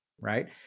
right